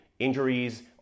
Injuries